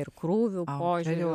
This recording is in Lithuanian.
ir krūvių požiūriu